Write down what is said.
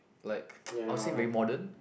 like I would say very modern